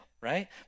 right